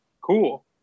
cool